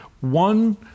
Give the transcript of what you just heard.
One